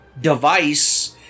device